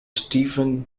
stephen